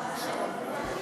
אני,